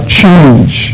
change